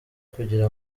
kugira